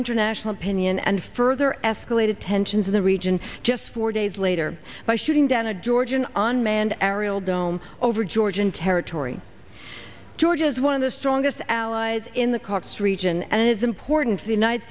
international opinion and further escalated tensions in the region just four days later by shooting down a georgian unmanned aerial drone over georgian territory georgia's one of the strongest allies in the caucasus region and is important to the united